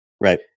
Right